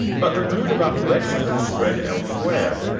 but the mood of unrest had spread elsewhere,